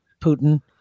Putin